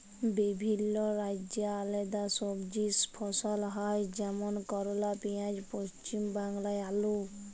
বিভিল্য রাজ্যে আলেদা সবজি ফসল হ্যয় যেমল করলা, পিয়াঁজ, পশ্চিম বাংলায় আলু